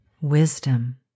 wisdom